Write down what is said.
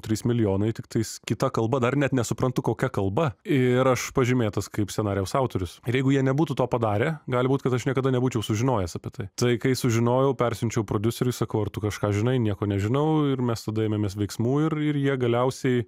trys milijonai tiktais kita kalba dar net nesuprantu kokia kalba ir aš pažymėtas kaip scenarijaus autorius ir jeigu jie nebūtų to padarę gali būt kad aš niekada nebūčiau sužinojęs apie tai tai kai sužinojau persiunčiau prodiuseriui sakau ar tu kažką žinai nieko nežinau ir mes tada ėmėmės veiksmų ir ir jie galiausiai